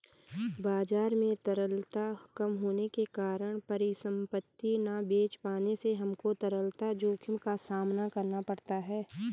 बाजार में तरलता कम होने के कारण परिसंपत्ति ना बेच पाने से हमको तरलता जोखिम का सामना करना पड़ता है